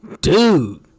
Dude